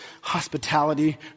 hospitality